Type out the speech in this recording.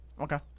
Okay